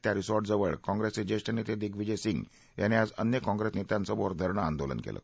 त्या रिसो जिवळ काँग्रेसचे जेष्ठ नेते दिगविजय सिंग यांनी आज अन्य काँग्रेस नेत्यांसोबत धरण आंदोलन केलं